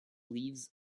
leaves